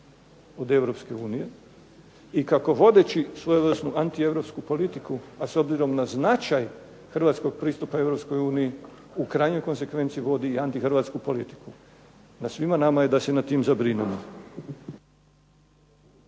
od Europske unije i kako vodeći svojevrsnu antieuropsku politiku, a s obzirom na značaj hrvatskog pristupa Europskoj uniji u krajnjoj konzekvenci vodi i antihrvatsku politiku. Na svima nama je da se nad tim zabrinemo.